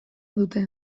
dute